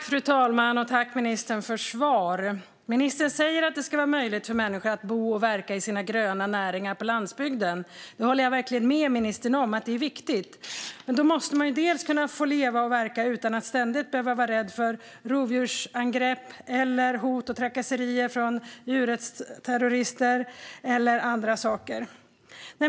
Fru talman! Tack, ministern, för svaret! Ministern säger att det ska vara möjligt för människor att bo och verka i sina gröna näringar på landsbygden. Jag håller verkligen med ministern om att det är viktigt. Men då måste man ju kunna få leva och verka utan att ständigt behöva vara rädd för rovdjursangrepp, hot och trakasserier från djurrättsterrorister eller annat.